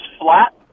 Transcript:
flat